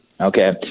okay